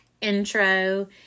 intro